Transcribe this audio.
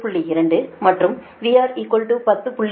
2 மற்றும் VR 10